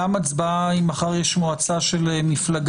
גם הצבעה, אם מחר יש מועצה של מפלגה?